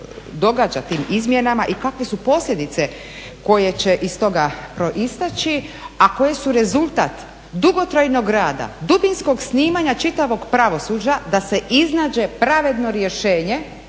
događa tim izmjenama i kakve su posljedice koje će iz toga proistaći a koje su rezultat dugotrajnog rada, dubinskog snimanja čitavog pravosuđa da se iznađe pravedno rješenje